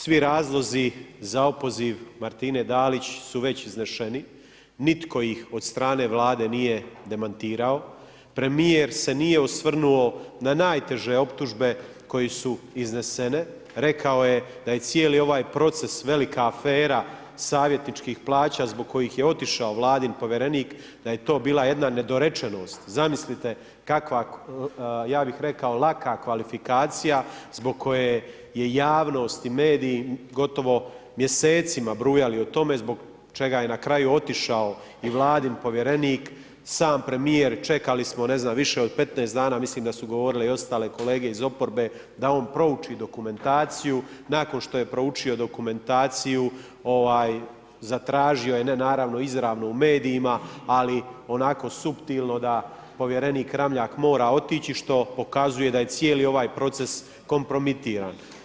Svi razlozi za opoziv Martine Dalić su već izneseni, nitko ih od strane Vlade nije demantirao, premijer se nije osvrnuo na najteže optužbe koje su iznesene, rekao je da je cijeli ovaj proces velika afera savjetničkih plaća zbog kojih je otišao vladin povjerenik, da je to bila jedna nedorečenost, zamislite kakva, ja bih rekao laka kvalifikacija zbog koje je javnost i mediji gotovo mjesecima brujali o tome zbog čega je na kraju otišao i vladin povjerenik, sam premijer čekali smo ne znam, više od 15 dana mislim da su govorile i ostale kolege iz oporbe da on prouči dokumentaciju, nakon što je proučio dokumentaciju zatražio je, ne naravno izravno u medijima, ali onako suptilno da povjerenik Ramljak mora otići što pokazuje da je cijeli ovaj proces kompromitiran.